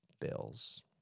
bills